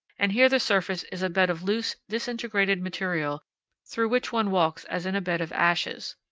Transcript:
and here the surface is a bed of loose, disintegrated material through which one walks as in a bed of ashes.